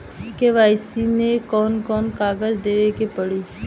KYC मे कौन कौन कागज देवे के पड़ी?